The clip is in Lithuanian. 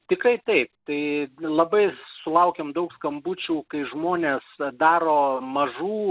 tikrai taip tai labai sulaukiam daug skambučių kai žmonės daro mažų